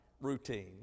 routine